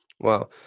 Wow